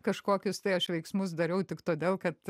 kažkokius tai aš veiksmus dariau tik todėl kad